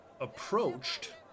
approached